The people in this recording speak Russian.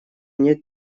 нет